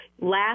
Last